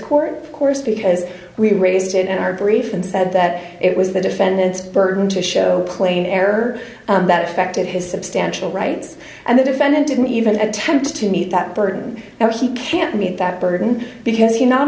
court course because we raised it in our brief and said that it was the defendant's burden to show plain error that affected his substantial rights and the defendant didn't even attempt to meet that burden and he can't meet that burden because he not